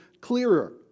clearer